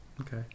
Okay